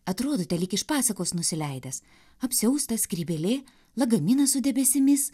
atrodote lyg iš pasakos nusileidęs apsiaustas skrybėlė lagaminas su debesimis